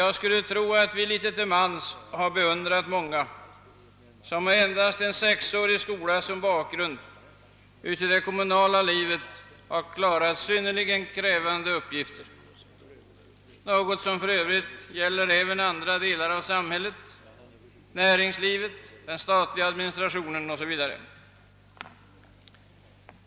Jag skulle tro att vi litet till mans beundrar många av dem som med endast sexårig skola som bakgrund har klarat synnerligen krävande uppgifter i det kommunala livet, något som för övrigt gäller även andra delar av samhället, t.ex. inom näringslivet, den statliga administrationen o. s. v.